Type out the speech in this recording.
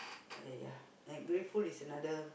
!aiya! ungrateful is another